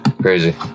Crazy